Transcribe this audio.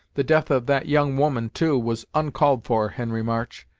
the death of that young woman, too, was on-called for, henry march,